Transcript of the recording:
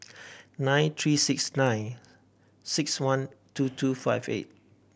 nine three six nine six one two two five eight